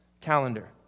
calendar